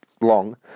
long